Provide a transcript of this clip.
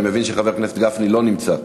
אני מבין שחבר הכנסת משה גפני לא נמצא.